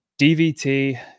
dvt